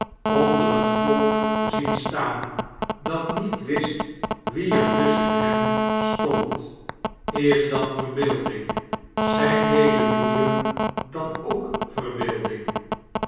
onder het volk zien staan dat niet wist wie er tusschen hen stand is dat verbeelding zijn deze boeien dan k verbeelding